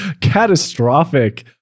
catastrophic